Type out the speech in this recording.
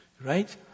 right